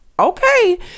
okay